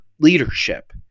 Leadership